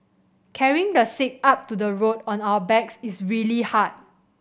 carrying the sick up to the road on our backs is really hard